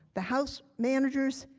the house managers,